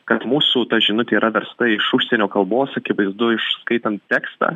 kad mūsų ta žinutė yra versta iš užsienio kalbos akivaizdu iš skaitant tekstą